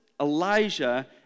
Elijah